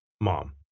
Mom